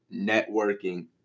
networking